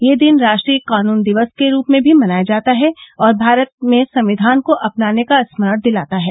यह दिन राष्ट्रीय कानून दिवस के रूप में भी जाना जाता है और भारत में संविधान को अपनाने का स्मरण दिलाता है